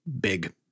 big